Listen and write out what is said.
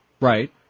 Right